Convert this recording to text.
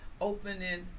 opening